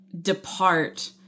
depart